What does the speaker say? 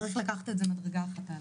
צריך לקחת את הדבר הזה מדרגה אחת למעלה.